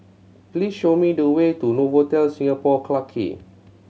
please show me the way to Novotel Singapore Clarke Quay